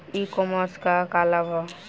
ई कॉमर्स क का लाभ ह?